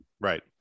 Right